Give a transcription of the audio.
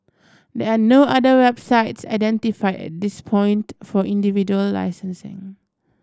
there are no other websites identify at this point for individual licensing